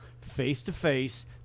face-to-face